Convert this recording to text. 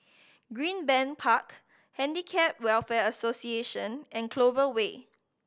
Greenbank Park Handicap Welfare Association and Clover Way